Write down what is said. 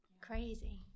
crazy